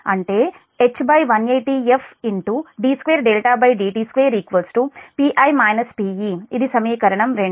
అంటే H180f d2dt2 Pi Pe ఇది సమీకరణం